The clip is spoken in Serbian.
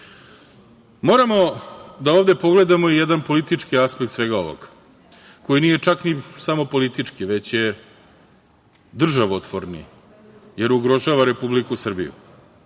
lakše. Moramo da ovde pogledamo i jedan politički aspekt svega ovoga, koji nije čak ni samo politički, već je državotvorni, jer ugrožava Republiku Srbiju.